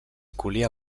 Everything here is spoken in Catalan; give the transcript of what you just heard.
collia